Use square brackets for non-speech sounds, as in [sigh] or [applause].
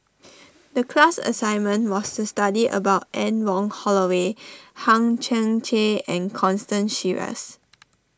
the class assignment was to study about Anne Wong Holloway Hang Chang Chieh and Constance Sheares [noise]